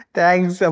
Thanks